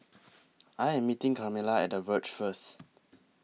I Am meeting Carmella At The Verge First